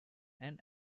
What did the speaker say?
and